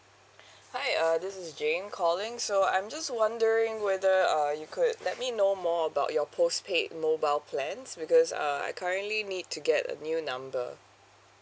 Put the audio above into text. hi uh this is jane calling so I'm just wondering whether uh you could let me know more about your postpaid mobile plans because uh I currently need to get a new number